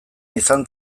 izan